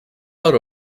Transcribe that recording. out